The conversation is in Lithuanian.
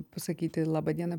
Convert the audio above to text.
pasakyti laba diena